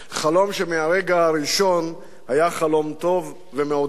חלום שמהרגע הראשון היה חלום טוב ומעודד,